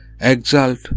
exult